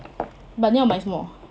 but 你要买什么